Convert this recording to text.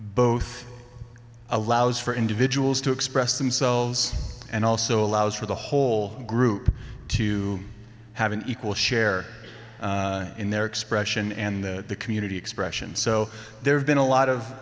both allows for individuals to express themselves and also allows for the whole group to have an equal share in their expression and the community expression so there have been a lot of